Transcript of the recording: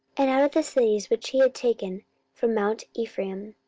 and out of the cities which he had taken from mount ephraim,